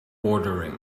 ordering